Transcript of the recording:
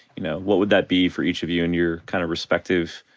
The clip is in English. you know, what would that be for each of you and your kind of respective?